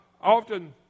Often